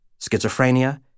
Schizophrenia